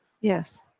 Yes